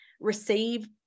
receive